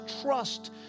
trust